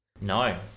No